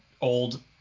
Old